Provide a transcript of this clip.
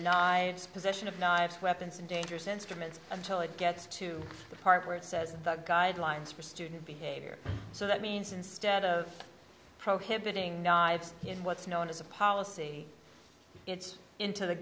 knives possession of knives weapons and dangerous instruments until it gets to the part where it says the guidelines for student behavior so that means instead of prohibiting knives in what's known as a policy it's into the